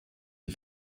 die